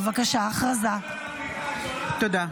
תודה.